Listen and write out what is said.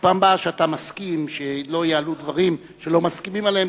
בפעם הבאה שאתה מסכים שלא יעלו דברים שלא מסכימים עליהם,